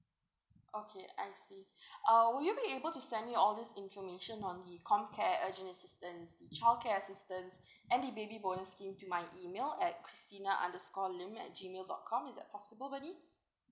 okay I see uh will you be able to send me all these information on the comcare urgent assistance the childcare assistance and the baby bonus scheme to my email at christina underscore lim at G mail dot com is that possible bernice